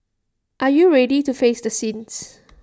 are you ready to face the sins